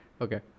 Okay